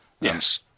Yes